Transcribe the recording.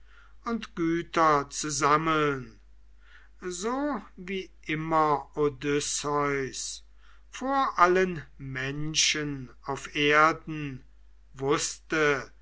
und güter zu sammeln so wie immer odysseus vor allen menschen auf erden wußte